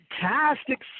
fantastic